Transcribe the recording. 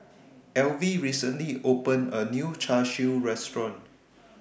Alvy recently opened A New Char Siu Restaurant